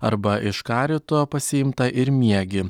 arba iš karito pasiimtą ir miegi